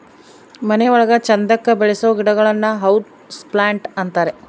ಮನೆ ಒಳಗ ಚಂದಕ್ಕೆ ಬೆಳಿಸೋ ಗಿಡಗಳನ್ನ ಹೌಸ್ ಪ್ಲಾಂಟ್ ಅಂತಾರೆ